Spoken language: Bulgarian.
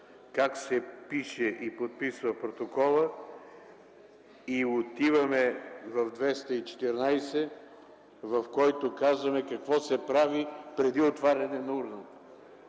как се пише и подписва протоколът и отиваме в чл. 214, в който казваме какво се прави преди отваряне на урните.